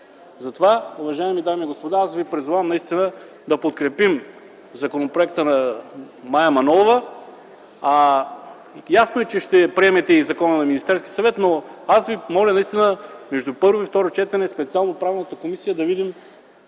Уважаеми дами и господа, аз призовавам наистина да подкрепим законопроекта на Мая Манолова. Ясно е, че ще приемете и закона на Министерския съвет, но аз ви моля наистина между първо и второ четене Правната комисия да види